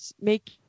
make